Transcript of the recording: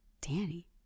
Danny